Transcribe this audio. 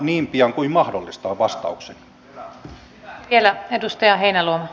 niin pian kuin mahdollista on vastaukseni